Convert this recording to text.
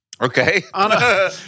Okay